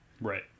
Right